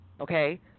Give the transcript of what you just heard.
okay